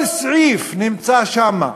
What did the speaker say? כל סעיף נמצא שם.